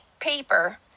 paper